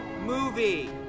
movie